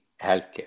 healthcare